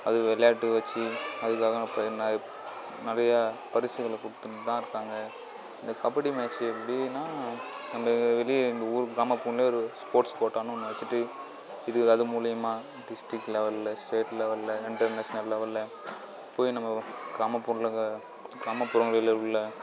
அது விளையாட்டு வெச்சு அதுக்காக நான் பெருங்கா நிறைய பரிசுகளை கொடுத்துன்னு தான் இருக்காங்க இந்த கபடி மேட்சு எப்படின்னா நம்ம வெளியே எங்கள் ஊர் கிராம பொண்ணே ஒரு ஸ்போர்ட்ஸ் கோட்டான்னு ஒன்று வெச்சுட்டு இது அது மூலிமா டிஸ்டிக் லெவலில் ஸ்டேட் லெவலில் இன்டர்நேஷ்னல் லெவலில் போய் நம்ம கிராமப்பொருளுக கிராமப்புறங்களிலே உள்ள